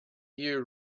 year